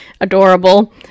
adorable